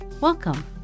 Welcome